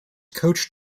coached